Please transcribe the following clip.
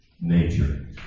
nature